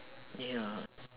ya